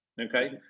okay